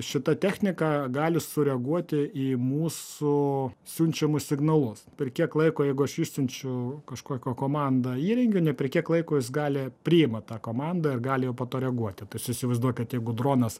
šita technika gali sureaguoti į mūsų siunčiamus signalus per kiek laiko jeigu aš išsiunčiu kažkokią komandą įrenginį per kiek laiko jis gali priima tą komandą ir gali patoreguoti tai jūs įsivaizduokit jeigu dronas